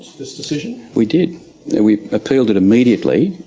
this decision? we did, and we appealed it immediately,